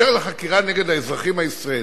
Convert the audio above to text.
"אשר לחקירה נגד האזרחים הישראלים,